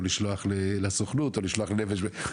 או לשלוח לסוכנות או לשלוח לנפש בנפש.